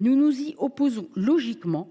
Nous nous y opposons logiquement,